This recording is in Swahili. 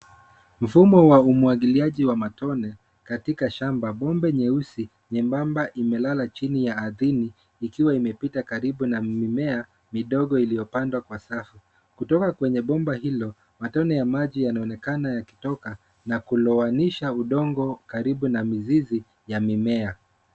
Mfumo wa umwagiliaji wa matone katika shamba. Bomba nyeusi nyembamba imelala chini ya ardhini ikiwa imepita karibu na mimea midogo ilio pandwa kwa safu. Kutoka kwenye bomba hilo, matone ya maji yanaonekana yakitoka na kulowanisha udongo karibu na mizizi ya mimea